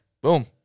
Boom